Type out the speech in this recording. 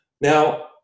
Now